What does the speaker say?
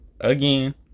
again